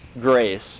grace